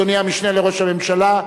אדוני המשנה לראש הממשלה,